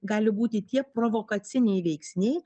gali būti tie provokaciniai veiksniai